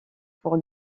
pour